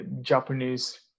Japanese